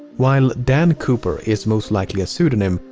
while dan cooper is most likely a pseudonym,